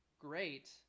Great